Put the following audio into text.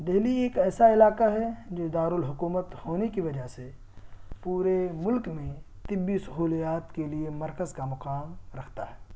دہلی ایک ایسا علاقہ ہے جو دارالحکومت ہونے کی وجہ سے پورے ملک میں طبعی سہولیات کے لیے مرکز کا مقام رکھتا ہے